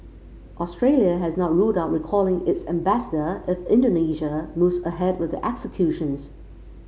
Australia has not ruled out recalling its ambassador if Indonesia moves ahead with the executions